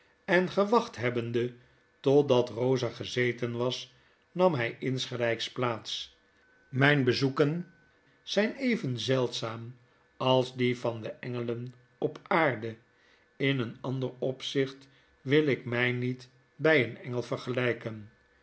en gewacht hebbende totdat eosa gezeten was nam hy insgelyksplaats mjp bezoeken zyn even zeldzaam als die van de engelen op aarde in een ander opzicht wil ik mij niet by een engel vergelyken